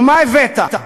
ומה הבאת?